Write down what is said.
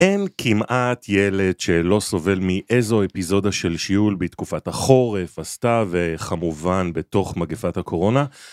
אין כמעט ילד שלא סובל מאיזו אפיזודה של שיעול בתקופת החורף, עשתה וכמובן בתוך מגפת הקורונה.